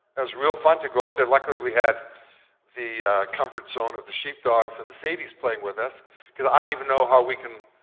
real fun to go out there. luckily we had the comfort zone of the sheep dogs and the sadies playing with us because i don't even know how we can.